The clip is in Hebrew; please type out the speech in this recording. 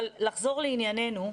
לחזור לענייננו,